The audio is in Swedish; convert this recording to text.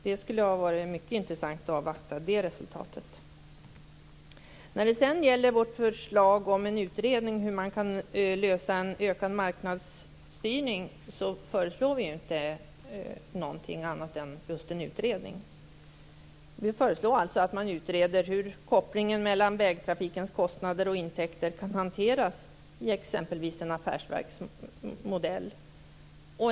Det skulle ha varit mycket intressant att avvakta det resultatet. Vårt förslag om en utredning om hur man kan lösa en ökad marknadsstyrning handlar ju inte om någonting annat än just en utredning. Vi föreslår alltså att man utreder hur kopplingen mellan vägtrafikens kostnader och intäkter kan hanteras i exempelvis en affärsverksmodell.